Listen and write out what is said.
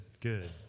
good